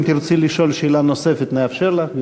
אם תרצי לשאול שאלה נוספת נאפשר לך.